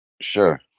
Sure